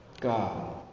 God